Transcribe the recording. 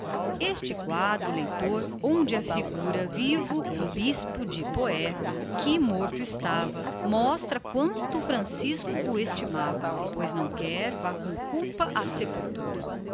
este quadro leitor onde a figura vivo um bispo te põe que morto estava mostra quanto francisco o estimava pois não quer vá com